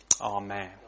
Amen